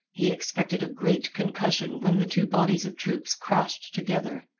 he expected a great concussion when the two bodies of troops crashed together.